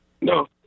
No